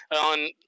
on